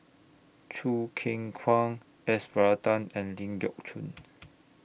Choo Keng Kwang S Varathan and Ling Geok Choon